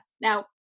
Now